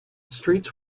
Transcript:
streets